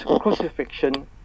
crucifixion